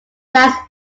tax